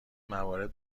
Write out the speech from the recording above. موارد